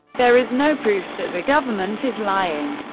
there is no proof that the government is lying.